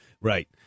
Right